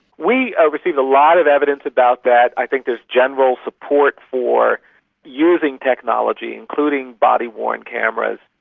we received a lot of evidence about that. i think there is general support for using technology, including body worn cameras.